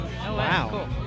Wow